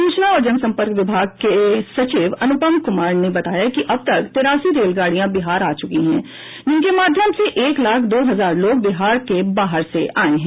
सूचना और जनसम्पर्क विभाग के सचिव अनुपम कुमार ने बताया कि अब तक तिरासी रेलगाड़ियां बिहार आ चूकी है जिनके माध्यम से एक लाा दो हजार लोग बिहार के बाहर से आये हैं